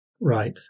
right